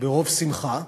ברוב שמחה,